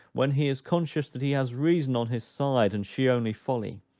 when he is conscious that he has reason on his side, and she only folly,